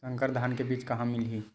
संकर धान के बीज कहां मिलही?